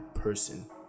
person